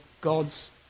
God's